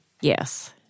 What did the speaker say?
Yes